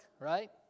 right